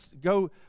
go